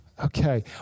Okay